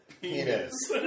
Penis